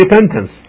repentance